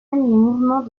mouvements